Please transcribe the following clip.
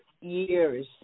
years